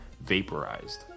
vaporized